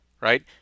right